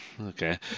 okay